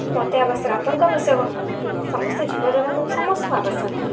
ମତେ ଆବଶ୍ୟକ ଆପଣଙ୍କୁ ଆବଶ୍ୟକ ସମସ୍ତେ ଜୀବଜଗତକୁ ସମସ୍ତଙ୍କୁ ଆବଶ୍ୟକ